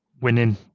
winning